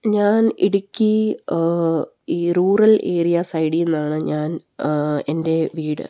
ഞാൻ ഇടുക്കി ഈ rural area സൈഡില് നിന്നാണ് ഞാൻ എൻ്റെ വീട്